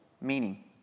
meaning